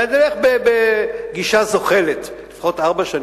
נלך בגישה זוחלת, לפחות ארבע שנים.